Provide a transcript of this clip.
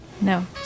No